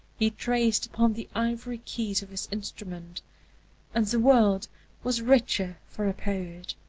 he traced upon the ivory keys of his instrument and the world was richer for a poet.